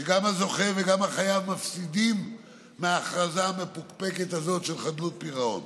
וגם הזוכה וגם החייב מפסידים מההכרזה המפוקפקת הזאת של חדלות פירעון,